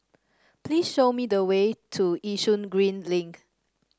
please show me the way to Yishun Green Link